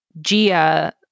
Gia